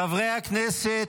חברי הכנסת,